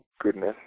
goodness